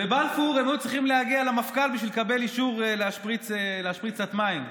בבלפור הם היו צריכים להגיע למפכ"ל בשביל לקבל אישור להשפריץ קצת מים,